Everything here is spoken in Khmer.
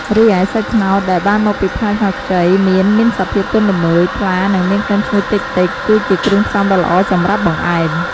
រីឯ សាច់ត្នោត ដែលបានមកពីផ្លែត្នោតខ្ចី មានមានសភាពទន់ល្មើយ ថ្លា និងមានក្លិនឈ្ងុយតិចៗ គឺជាគ្រឿងផ្សំដ៏ល្អសម្រាប់បង្អែម។